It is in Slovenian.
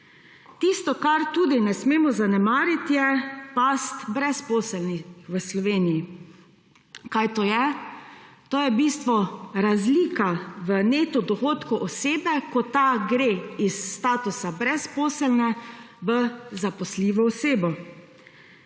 Tisto, česar tudi ne smemo zanemariti, je past brezposelnih v Sloveniji. Kaj to je? To je v bistvu razlika v neto dohodku osebe, ko ta gre iz statusa brezposelne v zaposljivo osebo.